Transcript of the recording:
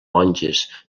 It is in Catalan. monges